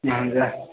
महङ्गा है